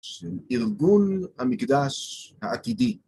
של ארגון המקדש העתידי.